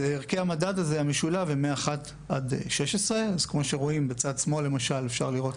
ערכי המדד המשולב הם מ-1 עד 16. בצד שמאל אפשר לראות